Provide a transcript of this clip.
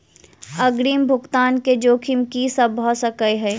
अग्रिम भुगतान केँ जोखिम की सब भऽ सकै हय?